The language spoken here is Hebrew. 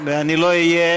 לא אהיה